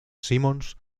simmons